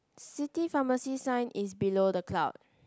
city pharmacy sign is below the cloud